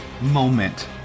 moment